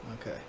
Okay